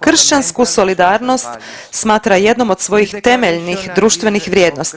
kršćansku solidarnost smatra jednom od svojih temeljnih društvenih vrijednosti.